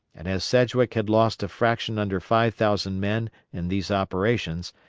and as sedgwick had lost a fraction under five thousand men in these operations,